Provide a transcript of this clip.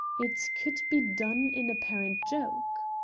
it could be done in apparent joke.